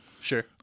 Sure